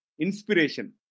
inspiration